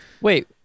Wait